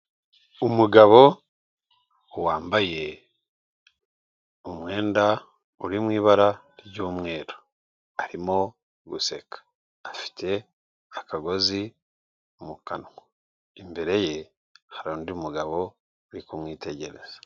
Umugabo wambaye umwenda uri mu ibara ry'umweru, arimo guseka. Afite akagozi mu kanwa. Imbere ye, hari undi mugabo uri kumwitegereza.